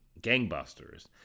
gangbusters